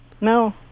No